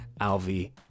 Alvi